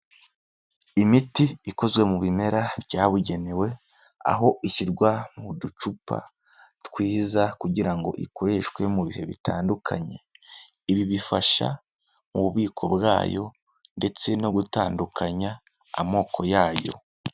Imiti ikozwe mu bimera byabugenewe, aho ishyirwa mu ducupa twiza kugira ngo ikoreshwe mu bihe bitandukanye. Ibi bifasha mu bubiko bwayo ndetse no gutandukanya amoko yayo.